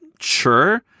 Sure